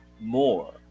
more